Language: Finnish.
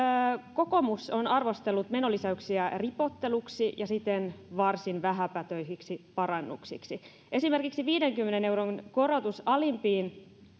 kokoomus on arvostellut menolisäyksiä ripotteluksi ja siten varsin vähäpätöisiksi parannuksiksi esimerkiksi viidenkymmenen euron korotus alimpiin